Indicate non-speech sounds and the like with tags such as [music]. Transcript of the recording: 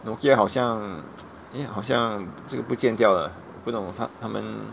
nokia 好像 [noise] eh 好像这个不见掉了不懂他他们